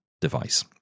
device